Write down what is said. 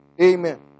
Amen